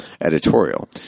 editorial